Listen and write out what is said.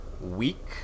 week